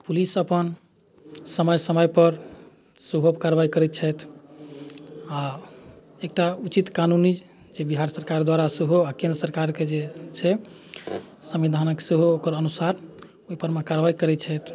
police अपन समय समयपर सेहो कार्रवाई करैत छथि आ एकटा उचित कानूनी जे बिहार सरकार द्वारा सेहो आ केन्द्र सरकारके जे छै संविधानक सेहो ओकर अनुसार ओहिपर मे कार्रवाई करैत छथि